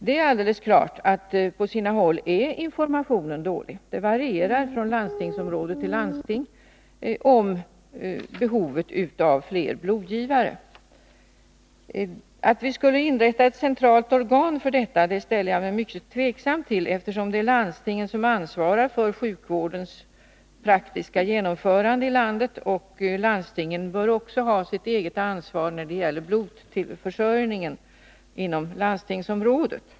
Det är alldeles klart att informationen om behovet av fler blodgivare på sina håll är dålig — det varierar från landstingsområde till landstingsområde. Att inrätta ett centralt organ för detta ställer jag mig mycket tveksam till, eftersom det är landstingen som ansvarar för sjukvårdens praktiska genomförande här i landet. Landstingen bör också själva ansvara för blodförsörjningen inom det egna landstingsområdet.